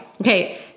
Okay